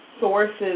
sources